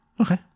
Okay